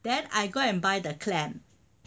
then I go and buy the clam